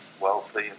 wealthy